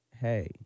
hey